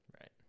Right